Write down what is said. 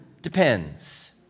Depends